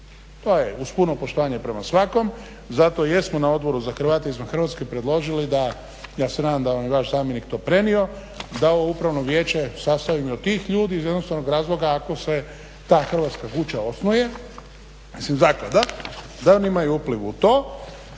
To je uz puno poštovanje prema svakom. Zato i jesmo na Odboru za Hrvate izvan Hrvatske predložili da, ja se nadam da vam je vaš zamjenik to prenio da ovo upravno vijeće sastavljeno od tih ljudi iz jednostavnog razloga ako se ta Hrvatska kuća osnuje, mislim zaklada, da oni imaju upliv u to.